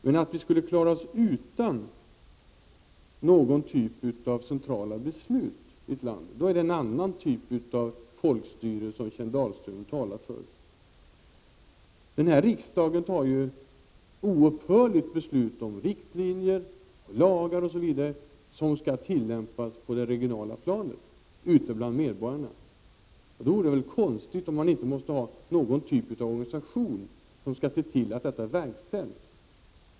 Men om man skulle klara sig utan någon typ av centrala beslut i ett land, då är det ett annat slags folkstyre som Kjell Dahlström talar för. Riksdagen fattar oupphörligt beslut om riktlinjer, lagar och osv. som skall tillämpas på det regionala planet, bland medborgarna. Det vore väl konstigt om man då inte måste ha någon typ av organisation som skall se till att detta verkställs.